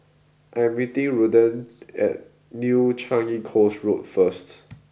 I am meeting Ruthanne at New Changi Coast Road first